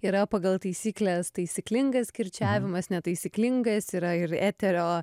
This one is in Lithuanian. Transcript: yra pagal taisykles taisyklingas kirčiavimas netaisyklingas yra ir eterio